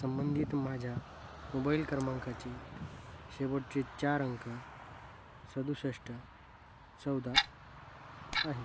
संबंधित माझ्या मोबाईल क्रमांकाचे शेवटचे चार अंक सदुसष्ट चौदा आहेत